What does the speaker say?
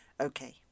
okay